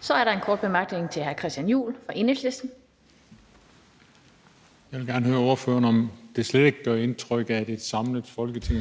Så er der en kort bemærkning til hr. Christian Juhl fra Enhedslisten. Kl. 20:40 Christian Juhl (EL): Jeg vil gerne høre ordføreren, om det slet ikke gør indtryk, at et stort set samlet Folketing